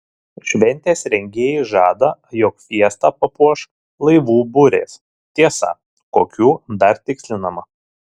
šventės rengėjai žada jog fiestą papuoš laivų burės tiesa kokių dar tikslinama